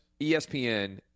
ESPN